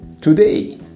today